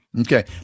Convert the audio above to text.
Okay